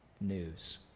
news